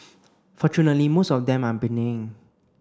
fortunately most of them are benign